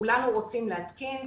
כולנו רוצים להתקין,